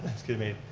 excuse me,